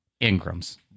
Ingrams